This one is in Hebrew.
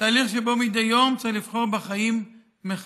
תהליך שבו מדי יום צריך לבחור בחיים מחדש,